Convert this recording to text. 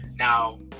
Now